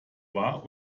wahr